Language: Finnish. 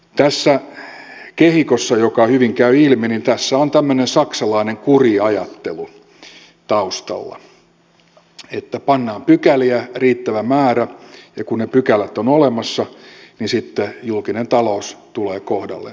tässä kehikossa joka hyvin käy ilmi on tämmöinen saksalainen kuriajattelu taustalla että pannaan pykäliä riittävä määrä ja kun ne pykälät ovat olemassa niin sitten julkinen talous tulee kohdallensa